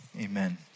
Amen